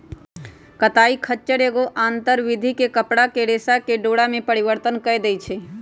कताई खच्चर एगो आंतर विधि से कपरा के रेशा के डोरा में परिवर्तन कऽ देइ छइ